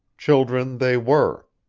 children they were.